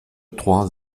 trois